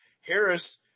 Harris –